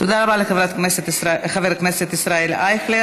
תודה רבה לחבר הכנסת ישראל אייכלר.